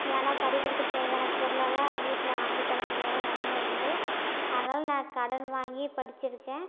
ஏனால் படிக்கிறதுக்கு தேவையான பொருளெலாம் வீட்டில் வாங்கித்தர முடியாத நிலம இருந்துது அதனால் நான் கடன் வாங்கி படிச்சுருக்கேன்